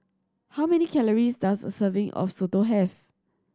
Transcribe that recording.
how many calories does a serving of Soto have